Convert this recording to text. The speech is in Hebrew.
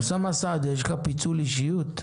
אוסאמה סעדי, יש לך פיצול אישיות?